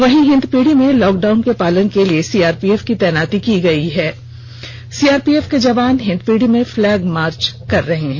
वहीं हिंदपीढी में लॉकडाउन के पालन के लिए सीआरपीएफ तैनाती की गई ळे अभी सीआरपीएफ के जवान हिंदपीढ़ी में फ्लैग मार्च कर रहे हैं